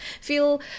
feel